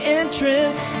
entrance